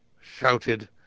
shouted